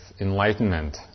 enlightenment